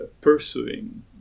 pursuing